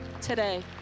today